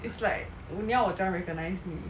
it's like uh 你要我怎样 recognise 你